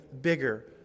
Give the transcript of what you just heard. bigger